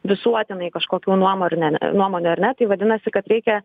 visuotinai kažkokių nuomo nuomonių ar ne tai vadinasi kad reikia